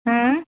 हम्म